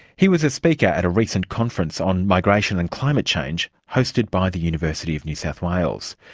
he was a speaker at a recent conference on migration and climate change hosted by the university of new south wales.